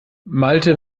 malte